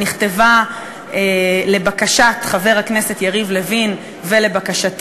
שנכתבה לבקשת חבר הכנסת יריב לוין ולבקשתי,